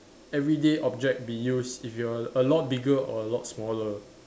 everyday object be used if you were a lot bigger or a lot smaller